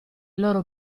loro